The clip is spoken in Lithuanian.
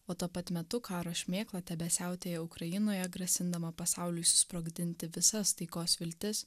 o tuo pat metu karo šmėkla tebesiautėja ukrainoje grasindama pasauliui susprogdinti visas taikos viltis